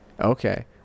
okay